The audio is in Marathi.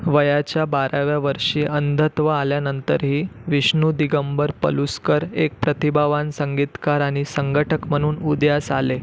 वयाच्या बाराव्या वर्षी अंधत्व आल्यानंतरही विष्णू दिगंबर पलुस्कर एक प्रतिभावान संगीतकार आणि संघटक म्हणून उदयास आले